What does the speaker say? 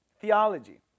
theology